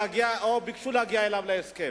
להגיע עליו להסכם.